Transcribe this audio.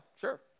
sure